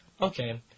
Okay